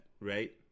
right